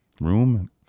room